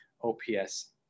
OPS